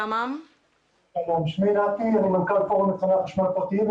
אני מנכ"ל פורום יצרני החשמל הפרטיים.